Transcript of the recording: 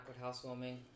housewarming